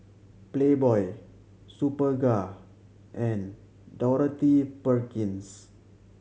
Playboy Superga and Dorothy Perkins